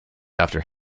after